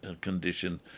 condition